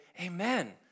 amen